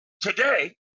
today